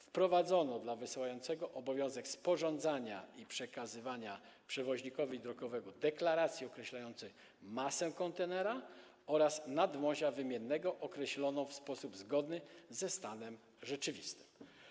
Wprowadzono dla wysyłającego obowiązek sporządzania i przekazywania przewoźnikowi drogowemu deklaracji określającej masę kontenera oraz nadwozia wymiennego określoną w sposób zgodny ze stanem rzeczywistym.